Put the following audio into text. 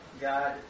God